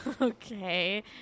Okay